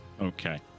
okay